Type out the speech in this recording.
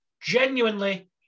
genuinely